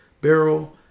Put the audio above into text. barrel